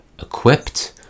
equipped